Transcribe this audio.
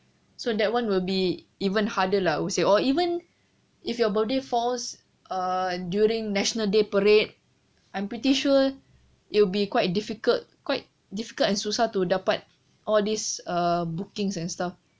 so that one will be even harder lah I would say or even if your birthday falls uh during national day parade I'm pretty sure it will be quite difficult quite difficult and susah to dapat all this uh bookings and stuff